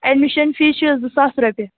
admission fees چھُ زٕ ساس رۅپیہِ